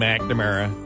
McNamara